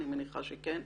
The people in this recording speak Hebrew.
אני מניחה שכן,